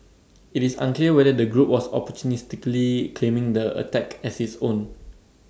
IT is unclear whether the group was opportunistically claiming the attack as its own